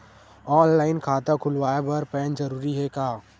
Online खाता खुलवाय बर पैन जरूरी हे का?